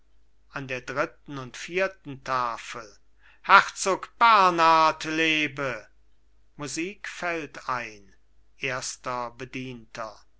an der dritten und vierten tafel herzog bernhard lebe musik fällt ein erster bedienter